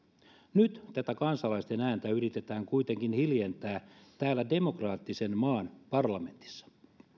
nyt tätä kansalaisten ääntä yritetään kuitenkin hiljentää täällä demokraattisen maan parlamentissa